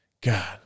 God